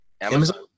Amazon